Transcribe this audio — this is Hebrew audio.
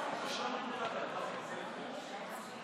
חבר הכנסת